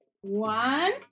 one